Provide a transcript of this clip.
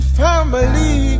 family